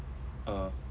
uh